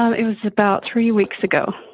ah it was about three weeks ago.